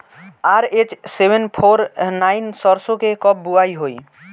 RH seven four nine सरसो के कब बुआई होई?